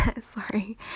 sorry